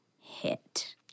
hit